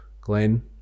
Glenn